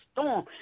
storm